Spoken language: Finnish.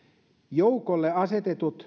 joukolle asetetut